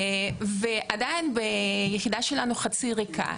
ועדיין היחידה שלנו חצי ריקה.